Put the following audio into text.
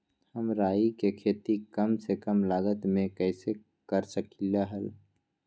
हम राई के खेती कम से कम लागत में कैसे कर सकली ह?